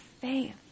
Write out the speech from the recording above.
faith